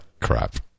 crap